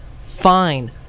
Fine